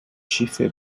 schiffe